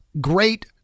great